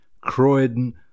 Croydon